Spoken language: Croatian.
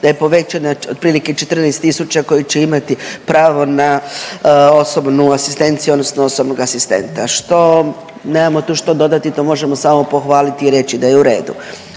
da je povećana otprilike 14.000 koji će imati pravo na osobnu asistenciju odnosno osobnog asistenta što nemamo tu što dodati to možemo samo pohvaliti i reći da je u redu.